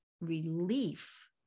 relief